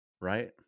right